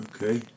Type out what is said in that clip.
Okay